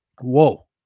Whoa